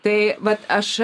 tai vat aš